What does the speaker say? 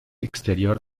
exterior